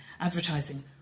advertising